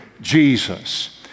Jesus